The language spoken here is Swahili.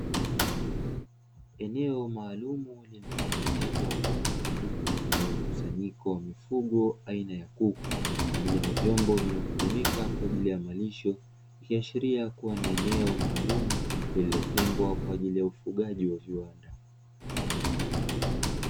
Eneo maalumu lililotengenezwa kwa ustadi lenye mkusanyiko wa mifugo aina ya kuku pamoja na vyombo vinayotumika kwa ajili ya malisho, ikiashiria kuwa ni eneo maalumu lililotengwa kwa ajili ya ufugaji wa viwanda.